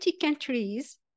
countries